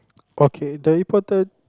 okay the important